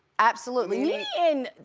absolutely. nene and